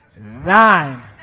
Nine